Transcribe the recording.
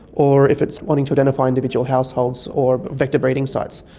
or if it's wanting to identify individual households or vector breeding sites,